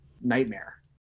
nightmare